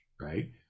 right